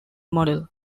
model